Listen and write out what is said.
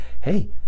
Hey